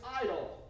idol